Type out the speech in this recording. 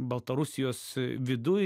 baltarusijos viduj